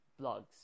blogs